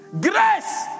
Grace